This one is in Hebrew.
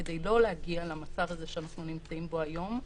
כדי לא להגיע למצב הזה שאנחנו נמצאים בו היום.